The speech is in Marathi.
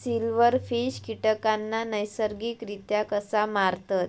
सिल्व्हरफिश कीटकांना नैसर्गिकरित्या कसा मारतत?